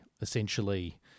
essentially